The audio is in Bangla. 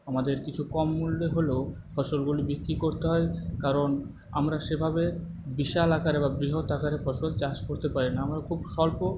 আমাদের কিছু কম মূল্যে হলেও ফসলগুলি বিক্রি করতে হয় কারণ আমরা সেভাবে বিশাল আকারে বা বৃহৎ আকারে ফসল চাষ করতে পারি না আমরা খুব স্বল্প